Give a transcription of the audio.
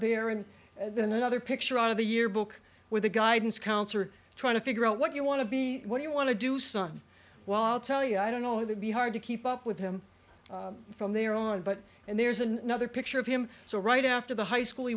there and then another picture out of the yearbook with a guidance counselor trying to figure out what you want to be what do you want to do something while tell you i don't know that be hard to keep up with him from there on but and there's another picture of him so right after the high school he